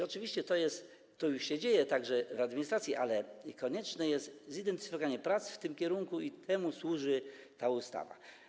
Oczywiście to już się dzieje, także w administracji, ale konieczne jest zintensyfikowanie prac w tym kierunku i temu służy ta ustawa.